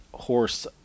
horse